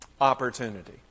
opportunity